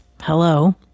hello